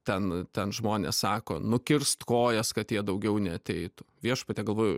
ten ten žmonės sako nukirst kojas kad jie daugiau neateitų viešpatie galvoju